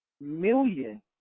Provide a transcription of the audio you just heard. million